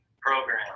program